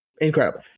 incredible